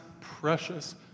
precious